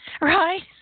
Right